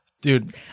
dude